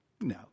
No